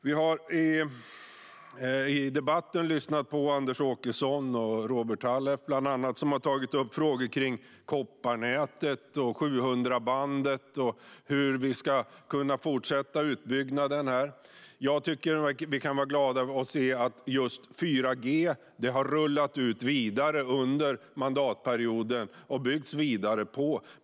Vi har i debatten lyssnat på bland andra Anders Åkesson och Robert Halef, som har tagit upp frågor om kopparnätet och 700-bandet och hur vi ska kunna fortsätta utbyggnaden där. Jag tycker att vi ska vara glada över att se att 4G har rullats ut och byggts vidare på under mandatperioden.